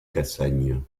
cassagne